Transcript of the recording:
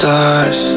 Stars